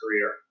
career